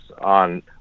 on